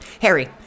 Harry